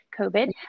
COVID